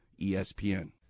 ESPN